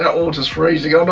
that water's freezing. ah but